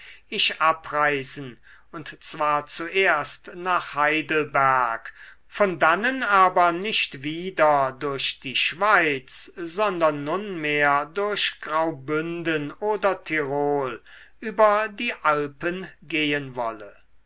ich abreisen und zwar zuerst nach heidelberg von dannen aber nicht wieder durch die schweiz sondern nunmehr durch graubünden oder tirol über die alpen gehen wolle